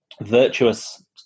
virtuous